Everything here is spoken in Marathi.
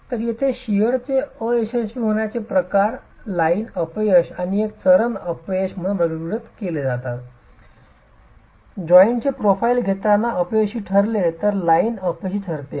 तर येथे शिअरचे अयशस्वी होण्याचे प्रकार लाइन अपयश आणि एक चरण अपयश म्हणून वर्गीकृत केले जातात जॉइंटचे प्रोफाइल घेताना अपयशी ठरले तर लाइन अपयशी ठरते